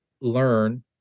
learn